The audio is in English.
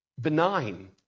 benign